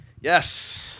Yes